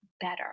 better